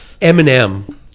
Eminem